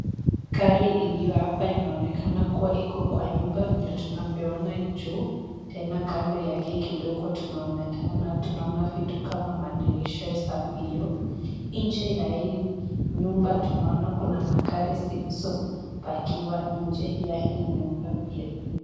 Gari iliyo hapa inaonekana kuwa Iko kwa nyumba vile tunavyo ona juu tena kando yake kidogo tunaona vitu kama madirisha safi hiyo. Nje ya hii nyumba tunaona Kuna magari zilizopakiwa nje ya hii nyumba pia .